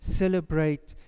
celebrate